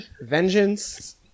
vengeance